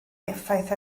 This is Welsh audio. effaith